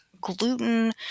gluten